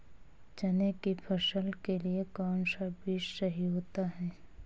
चने की फसल के लिए कौनसा बीज सही होता है?